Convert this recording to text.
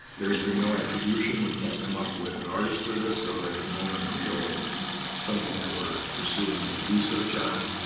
there's been no attribution. we can't come up with an artist for this. so at at the moment it's still something that we're pursuing research on.